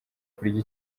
kurya